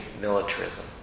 militarism